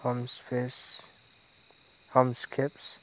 हम स्केप्स